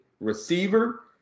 Receiver